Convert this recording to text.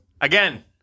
Again